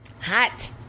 Hot